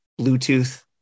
Bluetooth